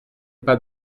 pas